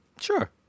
Sure